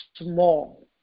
small